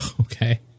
Okay